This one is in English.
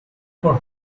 for